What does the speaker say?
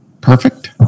perfect